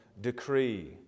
decree